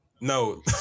No